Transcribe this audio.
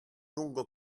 lungo